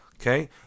Okay